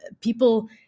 people